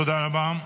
תודה רבה.